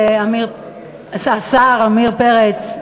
השר עמיר פרץ,